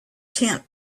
tent